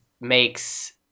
makes